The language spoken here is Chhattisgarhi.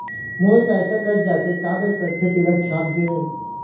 मोर पैसा कट जाथे काबर कटथे तेला छाप देव?